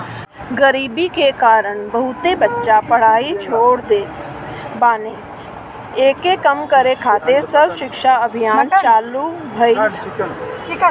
गरीबी के कारण बहुते बच्चा पढ़ाई छोड़ देत बाने, एके कम करे खातिर सर्व शिक्षा अभियान चालु भईल